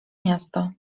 miasto